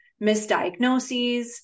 misdiagnoses